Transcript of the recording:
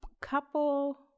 couple